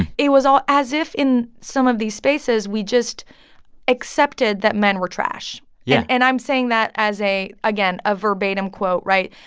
it was as if in some of these spaces, we just accepted that men were trash yeah and i'm saying that as a again, a verbatim quote, right?